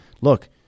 look